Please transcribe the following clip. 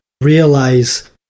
realize